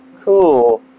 Cool